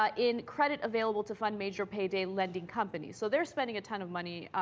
ah in credit available to fund major payday lending company so they're spending a ton of money ah.